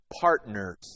partners